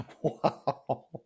Wow